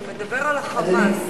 אתה מדבר על ה"חמאס",